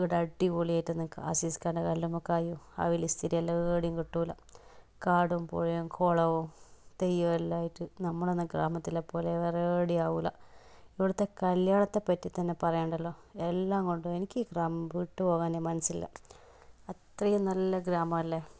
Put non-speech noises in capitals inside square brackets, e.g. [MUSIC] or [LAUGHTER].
ഇവിടെ അടിപൊളിയായിട്ട് നിങ്ങൾക്ക് അസീസിക്കാൻ്റെ കല്ലുമ്മക്കായയും [UNINTELLIGIBLE] എവിടെയും കിട്ടില്ല കാടും പുഴയും കുളവും തെയ്യവും എല്ലാമായിട്ട് നമ്മുടെ തന്നെ ഗ്രാമത്തിലെ പോലെ വേറെ എവിടെയാവൂല ഇവിടുത്തെ കല്യാണത്തെ പറ്റി തന്നെ പറയേണ്ടല്ലോ എല്ലാം കൊണ്ടും എനിക്ക് ഗ്രാമം വിട്ട് പോകാനെ മനസ്സില്ല അത്രയും നല്ല ഗ്രാമമല്ലേ